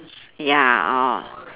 ya uh